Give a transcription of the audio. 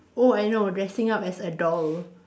oh I know dressing up as a doll